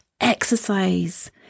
exercise